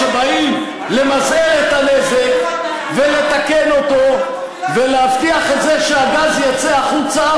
כשבאים למזער את הנזק ולתקן אותו ולהבטיח שהגז יצא החוצה,